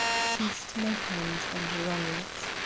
seized my hand and wrung it.